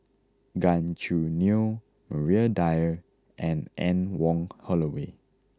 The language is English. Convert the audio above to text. Gan Choo Neo Maria Dyer and Anne Wong Holloway